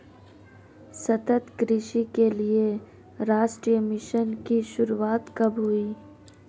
सतत कृषि के लिए राष्ट्रीय मिशन की शुरुआत कब हुई?